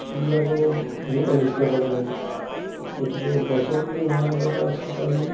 সেইবিলাকৰো বহুত অনিষ্ট কৰে সিহঁতে গতিকে গছৰ পুলি ৰুৱাৰ আগতে আচলতে আমি